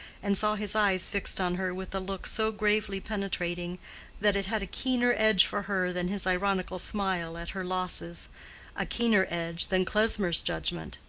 and saw his eyes fixed on her with a look so gravely penetrating that it had a keener edge for her than his ironical smile at her losses a keener edge than klesmer's judgment.